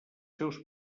seus